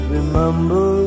Remember